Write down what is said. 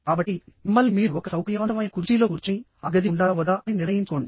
కాబట్టిమిమ్మల్ని మీరు ఒక సౌకర్యవంతమైన కుర్చీలో కూర్చుని ఆ గది ఉండాలా వద్దా అని నిర్ణయించుకోండి